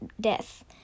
death